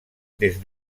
des